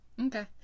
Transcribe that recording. Okay